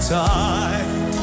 time